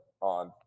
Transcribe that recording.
on